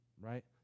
right